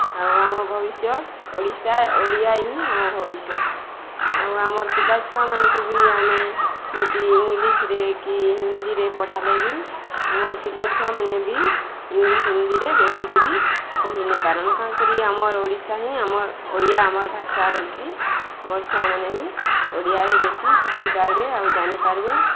ଆଉ ଆମ ଭବିଷ୍ୟତ୍ ଓଡ଼ିଶା ଓଡ଼ିଆ ହିଁ ଆମ ଭବିଷ୍ୟତ୍ ଆଉ ଆମର୍ ପିଲା ଛୁଆମାନ୍କୁ ବି ଆମେ ଯଦି ଇଂଲିଶ୍ରେ କି ହିନ୍ଦୀରେ ପଢ଼ାଲେ ବି ଆମର୍ ପିଲାଛୁଆମାନେ ବି ଇଂଲିଶ୍ ହିନ୍ଦୀରେ ବେଶିକରି କହିନିପାରନ୍ କାଁ କରି ଆମର୍ ଓଡ଼ିଶା ହିଁ ଆମର୍ ଓଡ଼ିଆ ଆମର୍ ଭାଷା ବୋଲିକରି ଆମର୍ ଛୁଆମାନେ ବି ଓଡ଼ିଆରେ ବେଶି ଶିଖିପାର୍ବେ ଆଉ ଜାଣିପାର୍ବେ